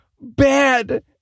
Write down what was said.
bad